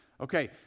Okay